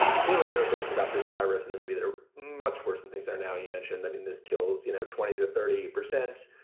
clearly, there are things about this virus in the movie that are much worse and things are now you mentioned. i mean, this kills, you know, twenty to thirty percent.